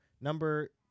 Number